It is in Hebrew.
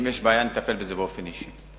אם יש בעיה, אני אטפל בזה באופן אישי.